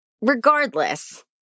Regardless